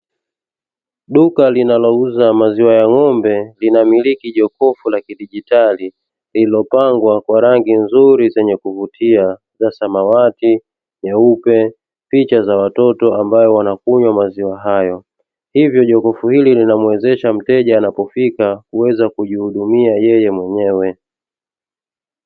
Duka linalouza maziwa ya ngombe linamiliki jokofu la kijiditali lililopangwa kwa rangi nzuri zenye kuvutia za samawati, nyeupe picha za watoto ambayo wanakunywa maziwa hayo. Hivyo jokofu hili linamuwezesha mteja anapofika, kuweza kujihudumia yeye mwenyewe.